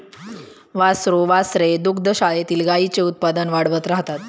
वासरू वासरे दुग्धशाळेतील गाईंचे उत्पादन वाढवत राहतात